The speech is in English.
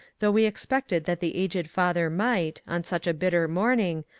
though we expected that the aged father might, on such a bitter morning,